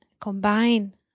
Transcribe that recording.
combine